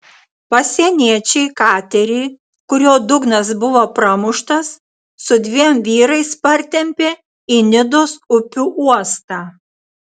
pasieniečiai katerį kurio dugnas buvo pramuštas su dviem vyrais partempė į nidos upių uostą